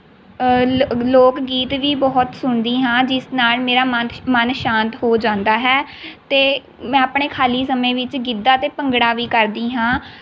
ਲਕ ਲੋਕ ਗੀਤ ਵੀ ਬਹੁਤ ਸੁਣਦੀ ਹਾਂ ਜਿਸ ਨਾਲ ਮੇਰਾ ਮਨ ਮਨ ਸ਼ਾਂਤ ਹੋ ਜਾਂਦਾ ਹੈ ਅਤੇ ਮੈਂ ਆਪਣੇ ਖਾਲੀ ਸਮੇਂ ਵਿੱਚ ਗਿੱਧਾ ਅਤੇ ਭੰਗੜਾ ਵੀ ਕਰਦੀ ਹਾਂ